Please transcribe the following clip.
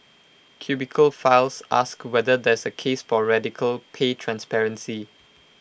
cubicle files asks whether there's A case for radical pay transparency